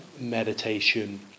meditation